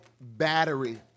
battery